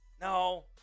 No